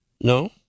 No